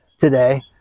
today